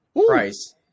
price